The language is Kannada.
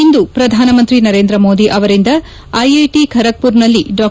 ಇಂದು ಪ್ರಧಾನಮಂತಿ ನರೇಂದ್ರ ಮೋದಿ ಅವರಿಂದ ಐಐಟಿ ಖರಗ್ಪುರ್ನಲ್ಲಿ ಡಾ